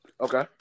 Okay